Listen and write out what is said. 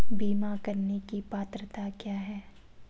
बीमा करने की पात्रता क्या है?